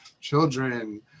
children